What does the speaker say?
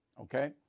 okay